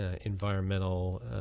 environmental